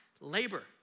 labor